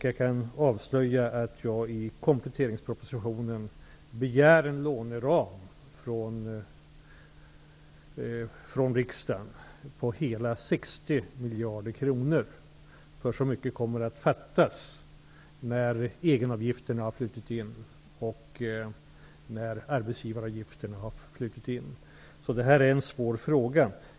Jag kan avslöja att jag i kompletteringspropositionen kommer att begära en låneram från riksdagen på hela 60 miljarder kronor. Så mycket kommer att fattas när egenavgifterna och arbetsgivaravgifterna har flutit in. Det här är en svår fråga.